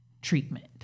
treatment